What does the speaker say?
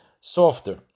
softer